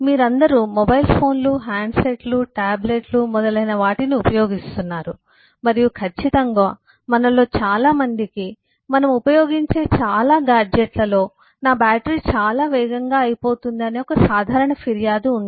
మీరందరూ మొబైల్ ఫోన్లు హ్యాండ్సెట్లు టాబ్లెట్లు మొదలైనవాటిని ఉపయోగిస్తున్నారు మరియు ఖచ్చితంగా మనలో చాలా మందికి మనము ఉపయోగించే చాలా గాడ్జెట్లలో నా బ్యాటరీ చాలా వేగంగా అయిపోతుంది అని ఒక సాధారణ ఫిర్యాదు ఉంది